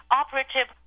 operative